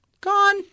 Gone